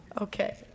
Okay